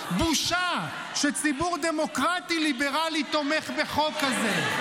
בושה שציבור דמוקרטי ליברלי תומך בחוק הזה.